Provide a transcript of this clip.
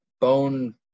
bone